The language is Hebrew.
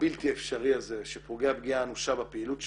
הבלתי אפשרי הזה שפוגע פגיעה אנושה בפעילות שלה,